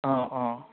অ' অ'